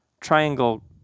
triangle